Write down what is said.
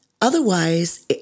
otherwise